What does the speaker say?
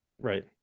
Right